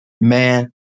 Man